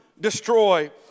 destroy